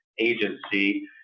agency